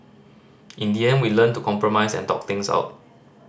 in the end we learnt to compromise and talk things out